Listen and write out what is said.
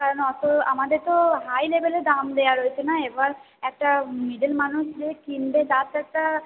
কারণ অত আমাদের তো হাই লেভেলের দাম দেওয়া রয়েছে না এবার একটা মিড্ল মানুষ যে কিনবে তার তো একটা